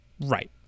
right